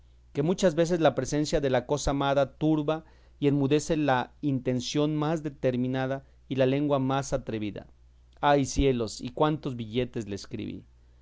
que muchas veces la presencia de la cosa amada turba y enmudece la intención más determinada y la lengua más atrevida ay cielos y cuántos billetes le escribí